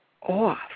off